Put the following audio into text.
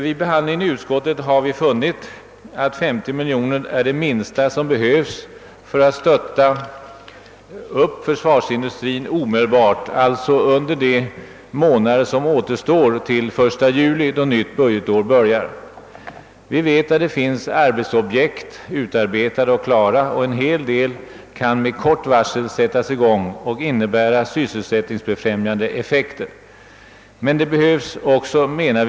Vid behandlingen i utskottet har vi funnit, att 50 miljoner är det minsta som behövs för att stötta upp försvarsindustrin omedelbart, d.v.s. under de månader som återstår till den 1 juli då nytt budgetår börjar. Vi vet att det finns arbetsobjekt utarbetade och klara, och många kan med kort varsel sättas i gång med sysselsättningsbefrämjande effekter som följd.